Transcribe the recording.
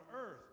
earth